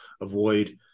avoid